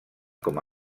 com